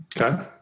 okay